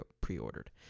pre-ordered